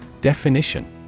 Definition